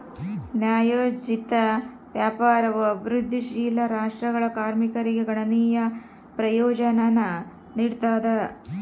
ನ್ಯಾಯೋಚಿತ ವ್ಯಾಪಾರವು ಅಭಿವೃದ್ಧಿಶೀಲ ರಾಷ್ಟ್ರಗಳ ಕಾರ್ಮಿಕರಿಗೆ ಗಣನೀಯ ಪ್ರಯೋಜನಾನ ನೀಡ್ತದ